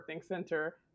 center